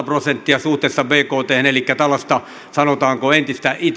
prosenttia suhteessa bkthen elikkä tällaista sanotaanko entistä